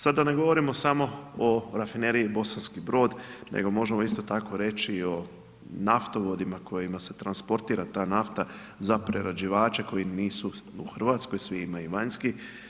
Sada da ne govorimo samo o rafineriji Bosanski Brod nego možemo isto tako reći i o naftovodima kojima se transportira ta nafta za prerađivače koji nisu u Hrvatskoj, svi imaju vanjski.